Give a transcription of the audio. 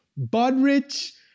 Budrich